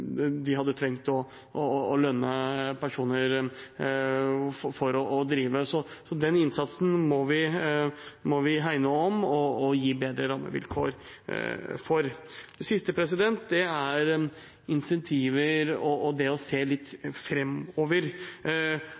de hadde trengt å lønne personer for å drive. Den innsatsen må vi hegne om og gi bedre rammevilkår. Insentiver og det å se litt framover Gaveforsterkningsordningen har vært tema allerede tidligere i dag, men den typen insentiver